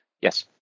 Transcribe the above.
Yes